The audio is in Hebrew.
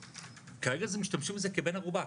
כרגע משתמשים בזה כבן ערובה,